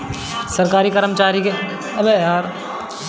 सरकारी करमचारी के तनखा के हिसाब के कर के नियम लागत हवे